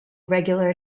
regular